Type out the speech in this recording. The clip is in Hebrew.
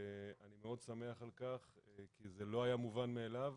ואני מאוד שמח על כך כי זה לא היה מובן מאליו.